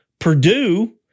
Purdue